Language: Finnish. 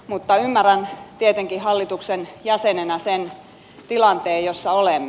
mutta ymmärrän tietenkin hallituksen jäsenenä sen tilanteen jossa olemme